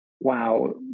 wow